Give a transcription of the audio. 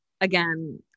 again